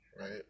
right